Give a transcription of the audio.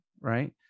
right